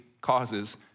causes